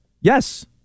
yes